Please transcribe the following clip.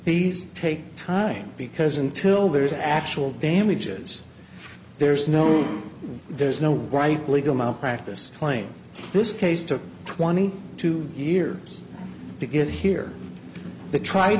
these take time because until there is actual damages there's no there's no great legal malpractise claim this case took twenty two years to get here they tried